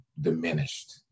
diminished